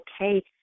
okay